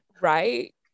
Right